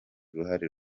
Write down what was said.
uruhare